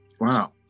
Wow